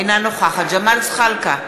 אינה נוכחת ג'מאל זחאלקה,